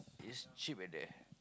it's cheap at there